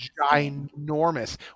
ginormous